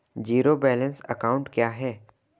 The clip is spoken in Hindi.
ज़ीरो बैलेंस अकाउंट क्या है?